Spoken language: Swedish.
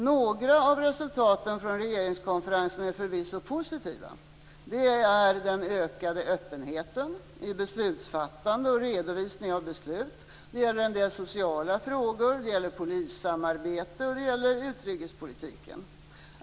Några av resultaten från regeringskonferensen är för visso positiva. Det gäller den ökade öppenheten i beslutsfattande och redovisning av beslut, det gäller en del sociala frågor, polissamarbete och utrikespolitiken.